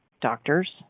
doctors